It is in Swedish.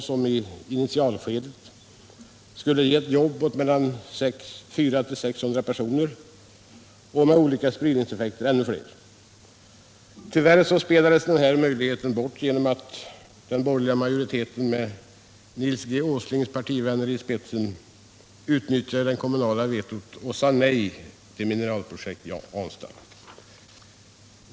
Det skulle i initialskedet ha givit jobb åt 400-600 personer, och med olika spridningseffekter skulle ännu fler ha fått sysselsättning. Tyvärr spelades den möjligheten bort genom att den borgerliga majoriteten med Nils Åslings partivänner i spetsen utnyttjade det kommunala vetot och sade nej till mineralprojektet i Ranstad.